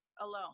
alone